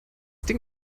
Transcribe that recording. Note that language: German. ding